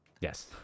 Yes